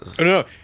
No